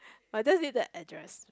I just need the address